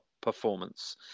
performance